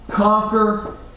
Conquer